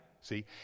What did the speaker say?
See